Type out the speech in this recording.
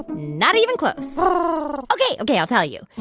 not even close um ok, ok, i'll tell you.